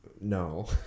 No